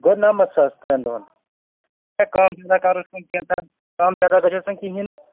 گوٚو نَمٛتھ ساس ترٛٮ۪ن دۄہَن ہے کم کَرُس وۄنۍ کینٛژھا کم کینٛژھا گژھٮ۪س نا کِہینۍ نہٕ